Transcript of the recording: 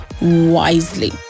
wisely